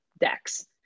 decks